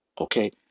Okay